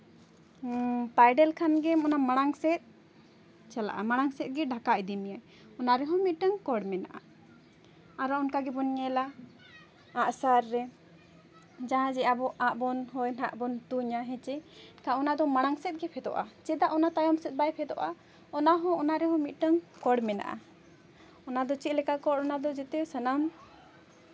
pedal ᱠᱷᱟᱱ ᱜᱮ ᱚᱱᱟ ᱢᱟᱲᱟᱝ ᱥᱮᱫ ᱪᱟᱞᱟᱜᱼᱟ ᱢᱟᱲᱟᱝ ᱥᱮᱫ ᱜᱮ ᱰᱷᱟᱠᱟ ᱤᱫᱤ ᱢᱮᱭᱟᱭ ᱚᱱᱟ ᱨᱮᱦᱚᱸ ᱢᱤᱫᱴᱟᱝ ᱠᱚᱬ ᱢᱮᱱᱟᱜᱼᱟ ᱟᱨ ᱦᱚᱸ ᱚᱱᱠᱟ ᱜᱮᱵᱚᱱ ᱧᱮᱞᱟ ᱟᱸᱜ ᱥᱟᱨ ᱨᱮ ᱡᱟᱦᱟᱸ ᱡᱮ ᱟᱵᱚ ᱟᱸᱜ ᱵᱚᱱ ᱦᱳᱭ ᱱᱟᱦᱜ ᱵᱚᱱ ᱛᱩᱧᱟ ᱦᱮᱸᱪᱮ ᱠᱷᱟᱱ ᱚᱱᱟ ᱫᱚ ᱢᱟᱲᱟᱝ ᱥᱮᱫ ᱜᱮ ᱯᱷᱮᱸᱫᱚᱜᱼᱟ ᱪᱮᱫᱟᱜ ᱚᱱᱟ ᱛᱟᱭᱚᱢ ᱥᱮᱫ ᱵᱟᱭ ᱯᱷᱮᱸᱫᱚᱜᱼᱟ ᱚᱱᱟ ᱦᱚᱸ ᱚᱱᱟ ᱨᱮ ᱦᱚᱸ ᱢᱤᱫᱴᱟᱱ ᱠᱚᱬ ᱢᱮᱱᱟᱜᱼᱟ ᱚᱱᱟ ᱫᱚ ᱪᱮᱫ ᱞᱮᱠᱟ ᱠᱚᱬ ᱚᱱᱟ ᱫᱚ ᱡᱮᱛᱮ ᱥᱟᱱᱟᱢ